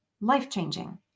life-changing